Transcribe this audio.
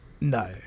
No